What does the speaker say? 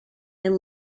and